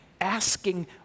asking